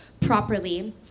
properly